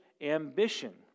ambition